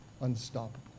unstoppable